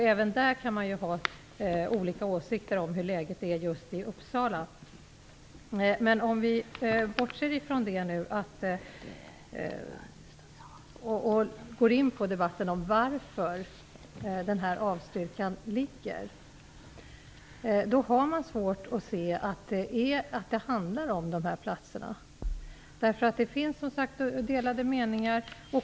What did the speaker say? Även där kan man ha olika åsikter om hur läget är just i Uppsala. Men om vi bortser från det och går in på debatten om varför denna avstyrkan föreligger, vill jag hävda att man har svårt att se att det handlar om de här platserna. Det finns som sagt delade meningar.